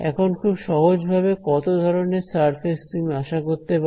এখন খুব সহজভাবে কত ধরনের সারফেস তুমি আশা করতে পার